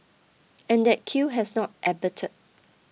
and that queue has not abated